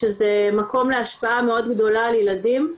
שזה מקום להשפעה מאוד גדולה על ילדים.